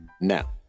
Now